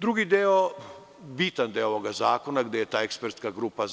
Drugi bitan deo ovog zakona, gde je ta ekspertska grupa